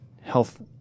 health